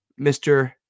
Mr